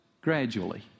gradually